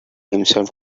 himself